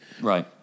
Right